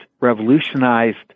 revolutionized